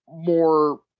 more